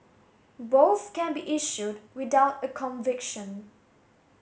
both can be issued without a conviction